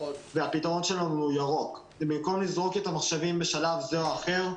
הפתרון שלנו הוא ירוק במקום לזרוק את המחשבים בשלב זה או אחר,